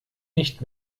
nicht